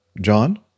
John